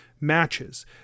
matches